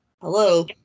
hello